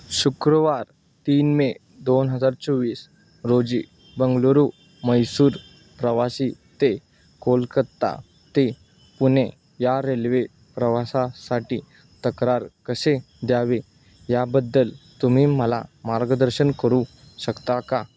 शुक्रवार तीन मे दोन हजार चोवीस रोजी बंगळूरू मैसूर प्रवासी ते कोलकत्ता ते पुणे या रेल्वे प्रवासासाठी तक्रार कसे द्यावे याबद्दल तुम्ही मला मार्गदर्शन करू शकता का